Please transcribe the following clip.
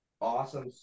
awesome